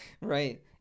Right